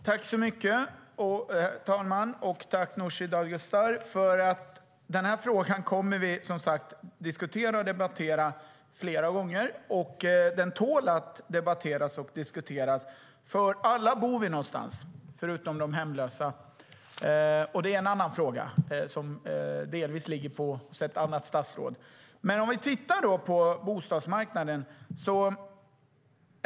Herr talman! Tack, Nooshi Dadgostar! Den här frågan kommer vi att diskutera och debattera fler gånger. Den tål att debatteras och diskuteras. Alla bor vi någonstans - förutom de hemlösa. Det är en annan fråga som delvis ligger på ett annat statsråd. Låt oss titta på frågan om bostadsmarknaden.